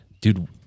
dude